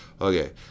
Okay